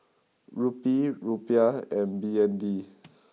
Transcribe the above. Rupee Rupiah and B N D